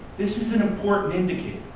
this is an important indicator.